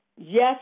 Yes